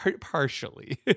Partially